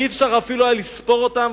אי-אפשר היה אפילו לספור אותם.